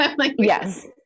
Yes